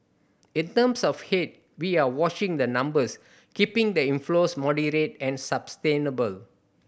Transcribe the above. in terms of head we are watching the numbers keeping the inflows moderate and sustainable